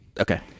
Okay